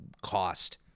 cost